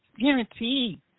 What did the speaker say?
Guaranteed